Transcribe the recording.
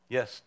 Yes